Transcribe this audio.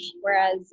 Whereas